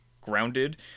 grounded